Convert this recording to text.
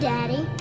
Daddy